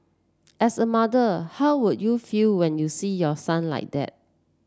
as a mother how would you feel when you see your son like that